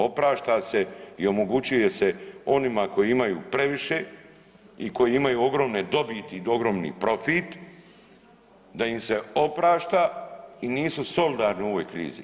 Oprašta se i omogućuje se onima koji imaju previše i koji imaju ogromne dobiti i ogromni profit da im se oprašta i nisu solidarni u ovoj krizi.